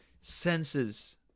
senses